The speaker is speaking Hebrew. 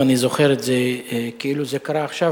אני זוכר את זה כאילו זה קרה עכשיו,